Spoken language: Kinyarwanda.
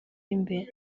w’imbere